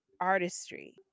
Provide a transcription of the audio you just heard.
artistry